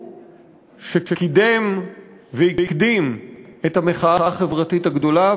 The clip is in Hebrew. שקידם והקדים את המחאה החברתית הגדולה,